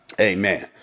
amen